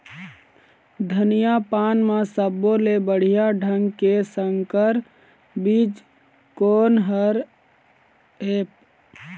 धनिया पान म सब्बो ले बढ़िया ढंग के संकर बीज कोन हर ऐप?